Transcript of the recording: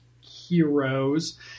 heroes